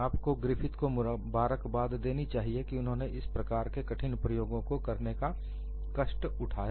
आपको ग्रिफिथ को मुबारकबाद देनी चाहिए कि उन्होंने इस प्रकार के कठिन प्रयोगों को करने का कष्ट उठाया